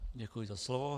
Děkuji za slovo.